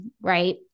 right